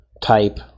type